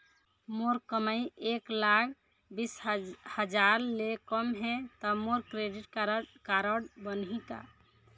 मोर कमाई एक लाख बीस हजार ले कम हे त मोर क्रेडिट कारड बनही का?